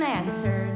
answer